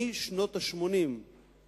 הם קיבלו, משנות ה-80 לערך.